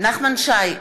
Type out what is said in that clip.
נחמן שי,